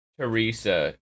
Teresa